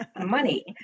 money